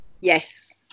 Yes